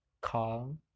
calm